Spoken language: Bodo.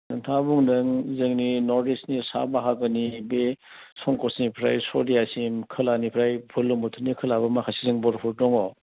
नोंथाङा बुंदों जोंनि नर्थ इस्टनि सा बाहागोनि बे संकसनिफ्राय सदियासिम खोलानिफ्राय बुर्लुंबुथुरनि खोलाबो माखासे जों बर'फोर दङ